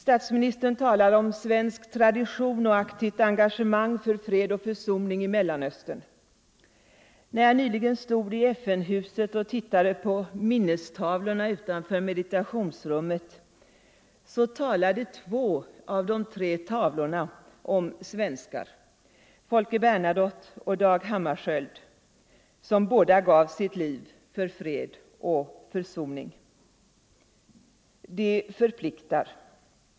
Statsministern talar om svensk tradition och aktivt engagemang för fred och försoning i Mellanöstern. Jag stod nyligen i FN-huset och tittade på minnestavlorna utanför meditationsrummet, och två av de tre tavlorna talade om svenskar, Folke Bernadotte och Dag Hammarskjöld, som båda gav sitt liv för fred och försoning. Det förpliktar.